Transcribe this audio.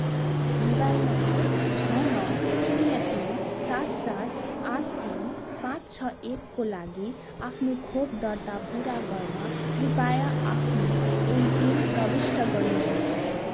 mobile number छ नौ शून्य तिन सात सात आठ तिन पाँच छ एकको लागि आफ्नो खोप दर्ता पुरा गर्न कृपया आफ्नो एमपिन प्रविष्ट गर्नु होस्